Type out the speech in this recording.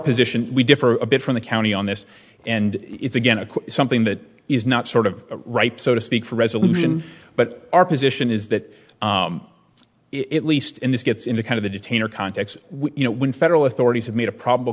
position we differ a bit from the county on this and it's again something that is not sort of ripe so to speak for resolution but our position is that it least in this gets in the kind of a detainer context you know when federal authorities have made a probable